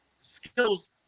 skills